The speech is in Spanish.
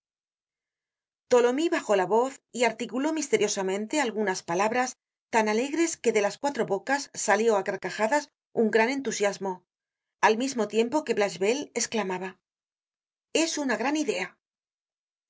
hablemos tholomyes bajó la voz y articuló misteriosamente algunas palabras tan alegres que de las cuatro bocas salió á carcajadas un gran entusiasmo al mismo tiempo que blachevelle esclamaba es una gran idea